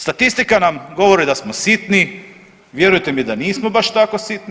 Statistika nam govori da smo sitni, vjerujte mi da nismo baš tako sitni.